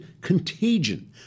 contagion